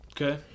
Okay